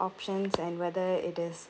options and whether it is